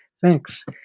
Thanks